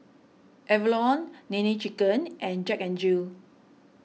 Avalon Nene Chicken and Jack N Jill